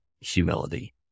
humility